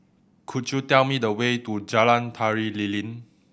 could you tell me the way to Jalan Tari Lilin